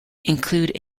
include